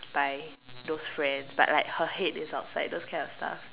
by those friends but like her head is outside those kind of stuff